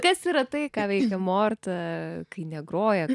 kas yra tai ką veikia morta kai negroja